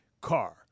car